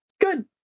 good